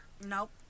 Nope